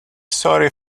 sorry